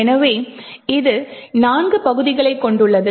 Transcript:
எனவே இது நான்கு பகுதிகளைக் கொண்டுள்ளது